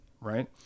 right